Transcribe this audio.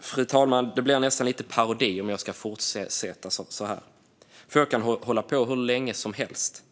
Fru talman! Det blir nästan lite av en parodi om jag fortsätter så här - för jag kan hålla på hur länge som helst.